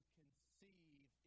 conceive